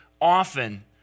often